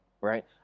right